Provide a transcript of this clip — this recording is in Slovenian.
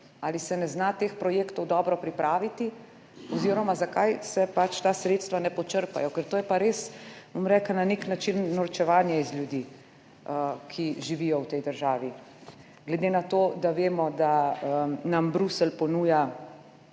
Ali se ne zna teh projektov dobro pripraviti oziroma zakaj se pač ta sredstva ne počrpajo? Ker to je pa res, bom rekla, na nek način norčevanje iz ljudi, ki živijo v tej državi, glede na to, da vemo, da nam Bruselj ponuja